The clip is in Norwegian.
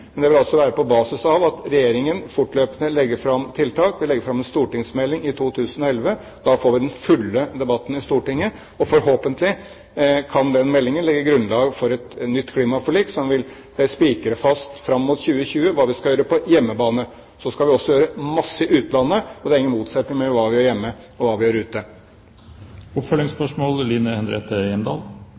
Men det vil altså være på basis av at Regjeringen fortløpende legger fram tiltak. Vi legger fram en stortingsmelding i 2011. Da får vi den fulle debatten i Stortinget. Forhåpentlig kan denne meldingen legge grunnlaget for et nytt klimaforlik som vil spikre fast hva vi skal gjøre på hjemmebane fram mot 2020. Så skal vi også gjøre masse i utlandet. Det er ingen motsetning mellom hva vi gjør hjemme, og hva vi gjør ute.